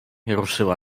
ruszyła